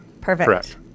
Perfect